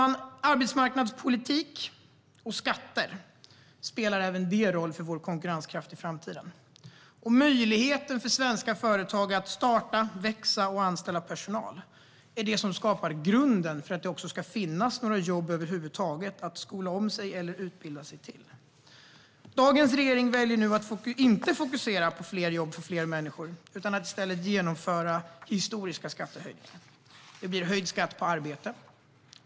Även arbetsmarknadspolitik och skatter spelar roll för vår konkurrenskraft i framtiden, och möjligheten för svenska företag att starta, växa och anställa personal är det som skapar grunden för att det ska finnas några jobb över huvud taget att skola om sig eller utbilda sig till. Dagens regering väljer nu att inte fokusera på fler jobb för fler människor utan i stället genomföra historiska skattehöjningar. Det blir höjd skatt på arbete.